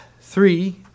three